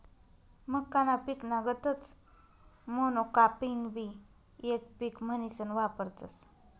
मक्काना पिकना गतच मोनोकापिंगबी येक पिक म्हनीसन वापरतस